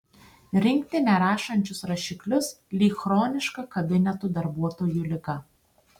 rinkti nerašančius rašiklius lyg chroniška kabinetų darbuotojų liga